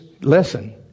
lesson